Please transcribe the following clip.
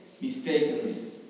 mistakenly